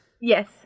Yes